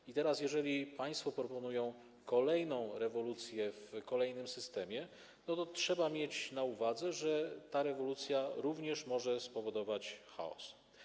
I teraz jeżeli państwo proponują kolejną rewolucję w kolejnym systemie, to trzeba mieć na uwadze, że ta rewolucja również może spowodować chaos.